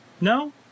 No